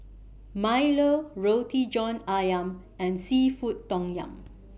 Milo Roti John Ayam and Seafood Tom Yum